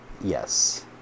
Yes